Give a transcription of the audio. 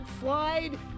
slide